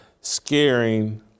scaring